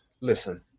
listen